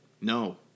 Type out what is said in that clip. No